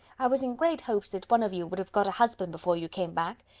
i was in great hopes that one of you would have got a husband before you came back.